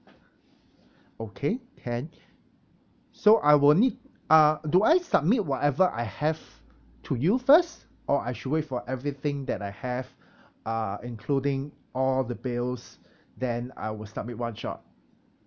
okay can so I will need uh do I submit whatever I have to you first or I should wait for everything that I have uh including all the bills then I will submit one shot